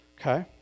Okay